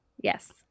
Yes